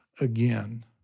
again